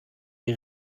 die